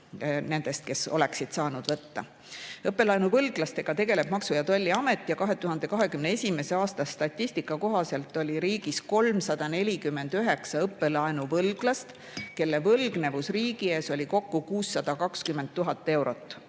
nendest, kes oleksid saanud võtta. Õppelaenuvõlglastega tegeleb Maksu‑ ja Tolliamet ja 2021. aasta statistika kohaselt oli riigis 349 õppelaenuvõlglast, kelle võlgnevus riigi ees oli kokku 620 000 eurot,